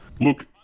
Look